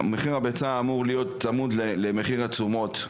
מחיר הביצה אמור להיות צמוד למחיר התשומות.